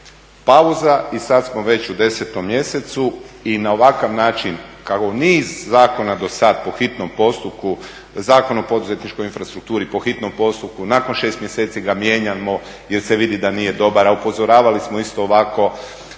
Pauza i sad smo već u 10 mjesecu i na ovakav način kao niz zakona do sad po hitnom postupku Zakon o poduzetničkoj infrastrukturi po hitnom postupku, nakon 6 mjeseci ga mijenjamo jer se vidi da nije dobar, a upozoravali smo isto ovako.